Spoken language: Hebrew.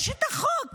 יש את החוק,